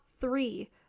three